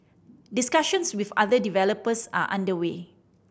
discussions with other developers are under way